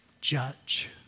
judge